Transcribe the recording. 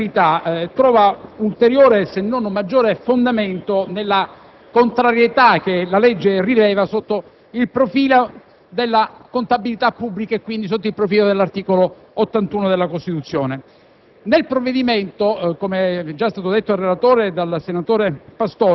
i suoi effetti dispositivi; quindi, la pregiudiziale di costituzionalità trova ulteriore se non maggiore fondamento nella contrarietà che rileva sotto il profilo della legge sulla contabilità pubblica e, quindi, sotto il profilo dell'articolo 81 della Costituzione.